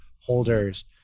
holders